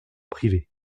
privés